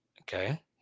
Okay